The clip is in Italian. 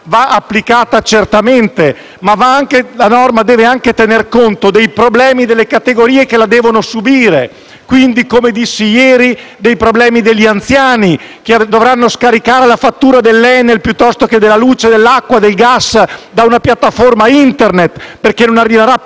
va applicata, certamente, ma la norma deve anche tener conto dei problemi delle categorie che la devono subire. Quindi, come dissi ieri, dei problemi degli anziani, che dovranno scaricare la fattura dell'Enel piuttosto che della luce, dell'acqua e del gas da una piattaforma Internet, perché non arriverà più